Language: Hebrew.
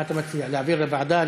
אתה מציע, אדוני?